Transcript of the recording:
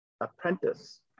apprentice